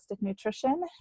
nutrition